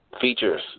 features